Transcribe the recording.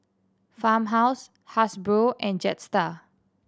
Farmhouse Hasbro and Jetstar